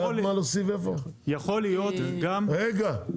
יכול להיות -- רגע,